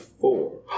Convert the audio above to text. four